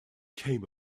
came